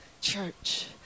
church